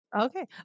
Okay